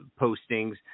postings